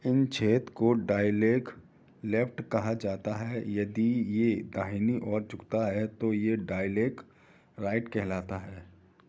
इन छेद को डाइलेग लेफ़्ट कहा जाता है यदि ये दाहिनी ओर झुकता है तो ये डाइलेग राइट कहलाता है